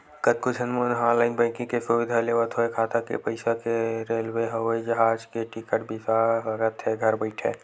कतको झन मन ह ऑनलाईन बैंकिंग के सुबिधा लेवत होय खाता के पइसा ले रेलवे, हवई जहाज के टिकट बिसा सकत हे घर बइठे